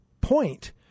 point